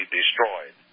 destroyed